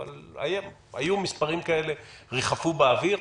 אבל היו מספרים כאלה שריחפו באוויר.